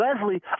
Leslie